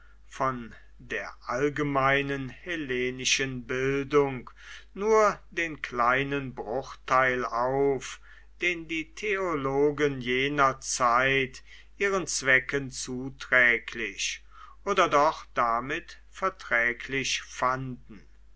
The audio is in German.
von der allgemeinen hellenischen bildung nur den kleinen bruchteil auf den die theologen jener zeit ihren zwecken zuträglich oder doch damit verträglich fanden